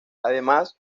además